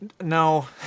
No